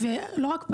לא רק פעל,